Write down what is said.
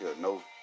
no